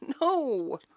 No